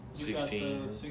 Sixteen